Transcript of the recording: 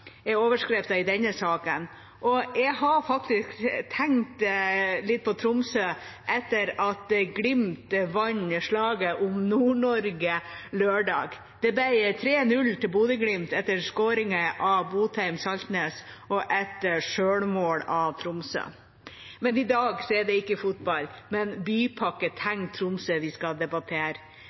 i denne saken, og jeg har faktisk tenkt litt på Tromsø etter at Glimt vant slaget om Nord-Norge på lørdag. Det ble 3–0 til Bodø/Glimt etter scoringer av Botheim og Saltnes og et selvmål av Tromsø. I dag er det ikke fotball, men Bypakke Tenk Tromsø vi skal debattere.